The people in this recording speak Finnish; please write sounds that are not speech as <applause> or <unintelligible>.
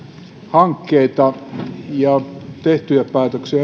hankkeita ja tehtyjä päätöksiä <unintelligible>